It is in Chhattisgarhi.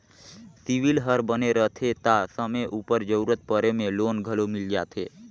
सिविल हर बने रहथे ता समे उपर जरूरत परे में लोन घलो मिल जाथे